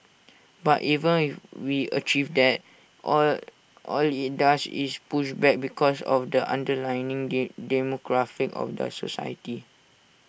but even if we achieve that all all IT does is push back because of the underlying demographic of the society